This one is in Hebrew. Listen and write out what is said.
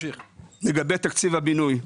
לגבי תקציב הבינוי,